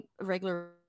regular